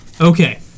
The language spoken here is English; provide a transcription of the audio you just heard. Okay